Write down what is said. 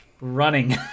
running